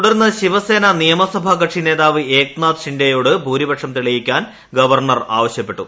തുടർന്ന് ശിവസേന നിയമസഭാ കക്ഷി നേതാവ് ഏക്കരാസ് ഷിൻഡേയോട് ഭൂരിപക്ഷം തെളിയിക്കാൻ ഗവർണർ ആവശ്യപ്പെട്ടു